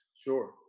Sure